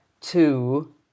two